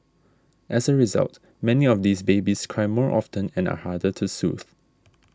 as a result many of these babies cry more often and are harder to soothe